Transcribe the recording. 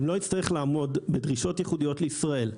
אם לא נצטרך לעמוד בדרישות ייחודיות לישראל,